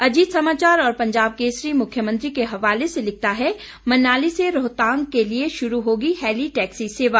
अजीत समाचार और पंजाब केसरी मुख्यमंत्री के हवाले से लिखता है मनाली से रोहतांग के लिए शुरू होगी हैली टैक्सी सेवा